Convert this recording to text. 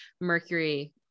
Mercury